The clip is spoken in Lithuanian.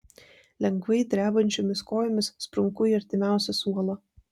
lengvai drebančiomis kojomis sprunku į artimiausią suolą